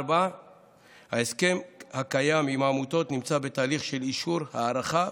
4. ההסכם הקיים עם העמותות נמצא בתהליך של אישור הארכה,